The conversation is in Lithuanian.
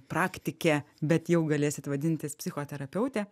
praktikė bet jau galėsit vadintis psichoterapeutė